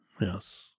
Yes